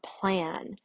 plan